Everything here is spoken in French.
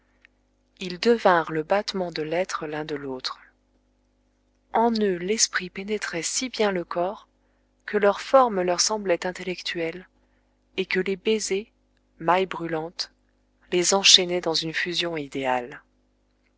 ils devinrent le battement de l'être l'un de l'autre en eux l'esprit pénétrait si bien le corps que leurs formes leur semblaient intellectuelles et que les baisers mailles brûlantes les enchaînaient dans une fusion idéale